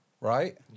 right